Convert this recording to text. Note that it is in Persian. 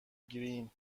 گرین